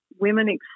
women